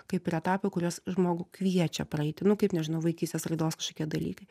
kaip ir etapai kuriuos žmogų kviečia praeiti nu kaip nežinau vaikystės raidos kažkokie dalykai